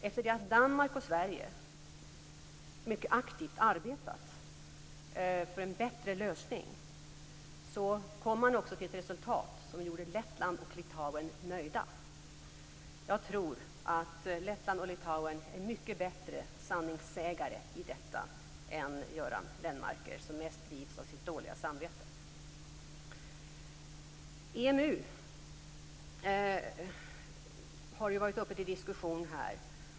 Efter det att Danmark och Sverige mycket aktivt arbetat för en bättre lösning kom man till ett resultat som gjorde Lettland och Litauen nöjda. Jag tror att de är mycket bättre sanningssägare i detta än Göran Lennmarker, som mest drivs av sitt dåliga samvete. EMU har varit uppe till diskussion här.